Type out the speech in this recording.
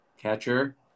Catcher